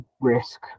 risk